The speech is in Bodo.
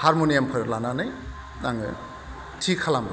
हारम'नियाम फोर लानानै आङो थि खालामो